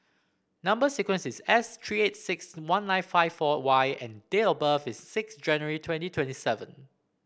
number sequence is S three eight six one nine five four Y and date of birth is six January twenty twenty seven